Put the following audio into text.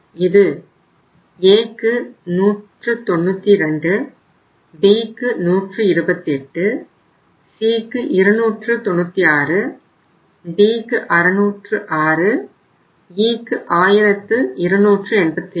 இது Aக்கு 192 Bக்கு 128 Cக்கு 296 Dக்கு 606 Eக்கு 1285